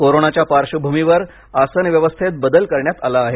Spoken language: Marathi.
कोरोनाच्या पार्श्वभूमीवर आसन व्यवस्थेत बदल करण्यात आला आहे